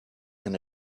and